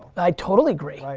i totally agree. right?